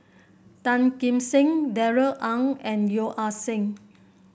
Tan Kim Seng Darrell Ang and Yeo Ah Seng